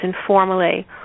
informally